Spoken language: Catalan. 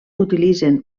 utilitzen